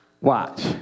Watch